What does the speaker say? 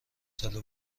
ساله